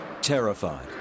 terrified